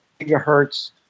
Gigahertz